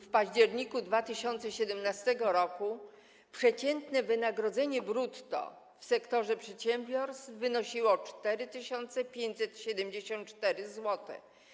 W październiku 2017 r. przeciętne wynagrodzenie brutto w sektorze przedsiębiorstw wynosiło 4574 zł.